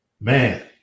man